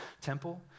temple